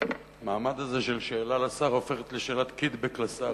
והמעמד הזה של שאלה לשר הופכת לשאלת קיטבג לשר,